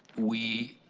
we,